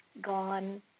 gone